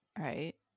right